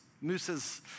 mooses